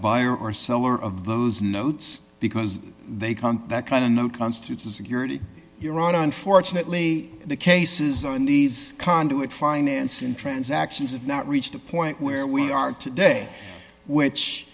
buyer or seller of those notes because they can't that kind of know constitutes a security jurado unfortunately the cases in these conduit financing transactions have not reached a point where we are today which